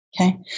Okay